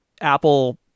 apple